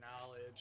knowledge